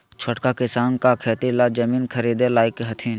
छोटका किसान का खेती ला जमीन ख़रीदे लायक हथीन?